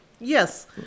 Yes